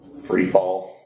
Freefall